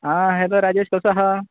हां हें गो राजेश कसो आसा